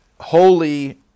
holy